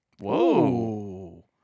Whoa